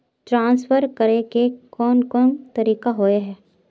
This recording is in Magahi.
ट्रांसफर करे के कोन कोन तरीका होय है?